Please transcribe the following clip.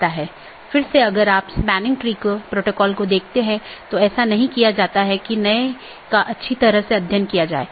इसके बजाय हम जो कह रहे हैं वह ऑटॉनमस सिस्टमों के बीच संचार स्थापित करने के लिए IGP के साथ समन्वय या सहयोग करता है